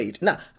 Now